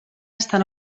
estan